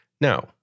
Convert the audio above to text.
Now